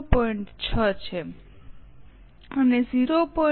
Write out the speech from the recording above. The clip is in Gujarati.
06 છે અને 0